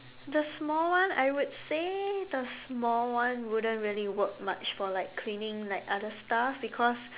the small one I would say the small one wouldn't really work much for like cleaning like other stuff because